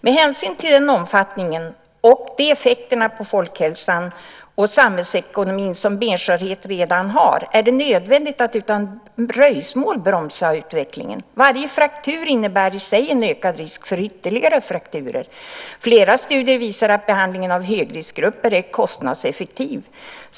Med hänsyn till den omfattning och de effekter på folkhälsan och samhällsekonomin som benskörhet redan har är det nödvändigt att utan dröjsmål bromsa utvecklingen. Varje fraktur innebär i sig en ökad risk för ytterligare frakturer. Flera studier visar att behandling av högriskgrupper är kostnadseffektiv.